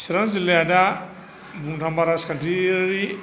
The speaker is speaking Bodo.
सिरां जिल्लाया दा बुंनो थाङोबा राजखान्थियारि